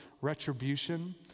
retribution